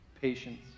patience